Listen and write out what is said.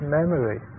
memory